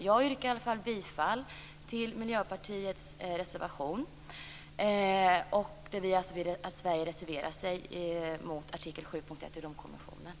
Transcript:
Jag yrkar bifall till Miljöpartiets reservation, där vi vill att Sverige reserverar sig mot artikel 7.1 i